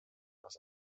aus